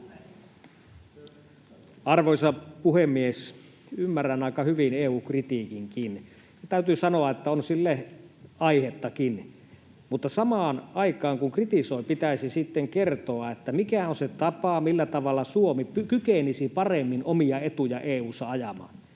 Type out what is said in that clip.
Arvoisa puhemies! Ymmärrän aika hyvin EU-kritiikinkin, ja täytyy sanoa, että on sille aihettakin. Mutta samaan aikaan, kun kritisoi, pitäisi sitten kertoa, mikä on se tapa, millä Suomi kykenisi paremmin omia etuja EU:ssa ajamaan.